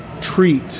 treat